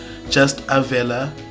justavella